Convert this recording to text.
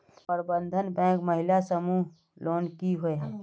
प्रबंधन बैंक महिला समूह लोन की होय?